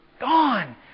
Gone